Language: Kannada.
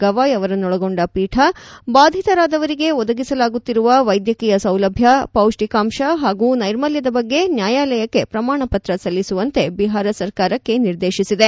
ಗವಾಯ್ ಅವರನ್ನೊ ಳಗೊಂಡ ಪೀಠ ಬಾಧಿತರಾದವರಿಗೆ ಒದಗಿಸಲಾಗುತ್ತಿರುವ ವೈದ್ಯಕೀಯ ಸೌಲಭ್ಯ ಪೌಷ್ಣಿಕಾಂಶ ಹಾಗೂ ನೈರ್ಮಲ್ಯದ ಬಗ್ಗೆ ನ್ಯಾಯಾಲಯಕ್ಕೆ ಪ್ರಮಾಣಪತ್ರ ಸಲ್ಲಿಸುವಂತೆ ಬಿಹಾರ ಸರ್ಕಾರಕ್ಕೆ ನಿರ್ದೇಶಿಸಿದೆ